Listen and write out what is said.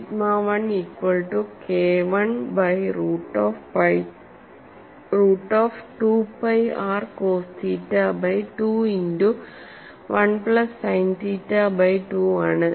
sigma 1 equal to KI by root of 2 pi r cos theta by 2 into 1 plus sine theta by 2 ആണ്